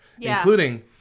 including